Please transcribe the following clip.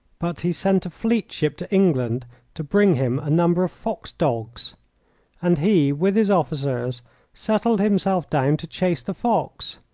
but he sent a fleet ship to england to bring him a number of fox-dogs and he with his officers settled himself down to chase the fox.